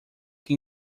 que